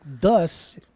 Thus